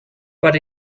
but